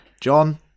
John